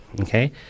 Okay